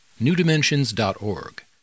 newdimensions.org